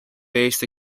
based